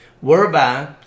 whereby